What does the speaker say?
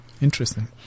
interesting